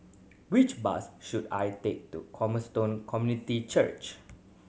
which bus should I take to Cornerstone Community Church